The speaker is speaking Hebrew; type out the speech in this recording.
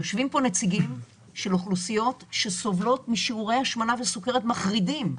יושבים פה נציגים של אוכלוסיות שסובלות משיעורי השמנה וסוכרת מחרידים.